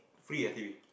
free ah T_V